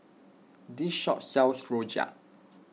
this shop sells Rojak